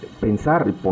Pensar